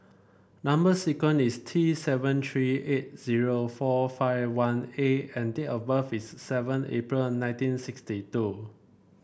number sequence is T seven three eight zero four five one A and date of birth is seven April nineteen sixty two